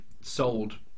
sold